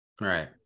Right